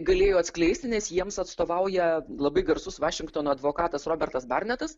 galėjo atskleisti nes jiems atstovauja labai garsus vašingtono advokatas robertas barnetas